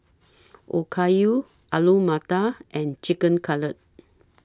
Okayu Alu Matar and Chicken Cutlet